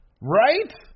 Right